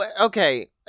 okay